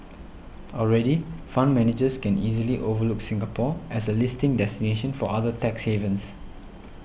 already fund managers can easily overlook Singapore as a listing destination for other tax havens